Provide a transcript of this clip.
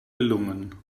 gelungen